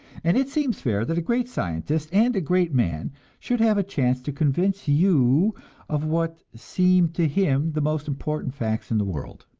and it seems fair that a great scientist and a great man should have a chance to convince you of what seem to him the most important facts in the world.